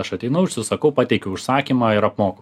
aš ateinu užsisakau pateikiu užsakymą ir apmoku